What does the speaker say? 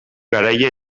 garaile